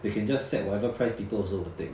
they can just set whatever price people also will take